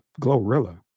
Glorilla